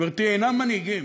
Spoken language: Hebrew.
גברתי, אינם מנהיגים,